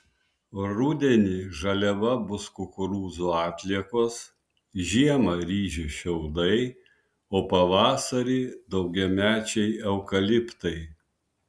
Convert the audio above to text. rudenį žaliava bus kukurūzų atliekos žiemą ryžių šiaudai o pavasarį daugiamečiai eukaliptai